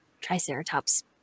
triceratops